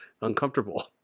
Uncomfortable